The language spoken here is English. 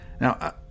Now